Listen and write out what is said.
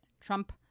Trump